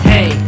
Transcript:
Hey